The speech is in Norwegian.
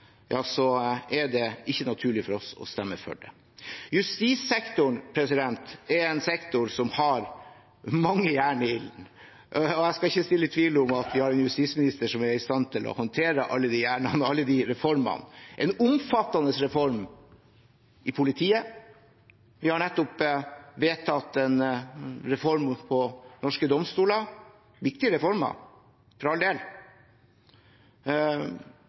er det ikke naturlig for oss å stemme for det. Justissektoren er en sektor som har mange jern i ilden. Jeg skal ikke så tvil om at vi har en justisminister som er i stand til å håndtere alle de jernene og alle de reformene, en omfattende reform i politiet, vi har nettopp vedtatt en reform for norske domstoler – viktige reformer, for all del